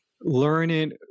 learning